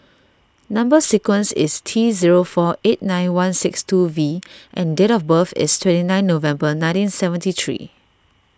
Number Sequence is T zero four eight nine one six two V and date of birth is twenty nine November nineteen seventy three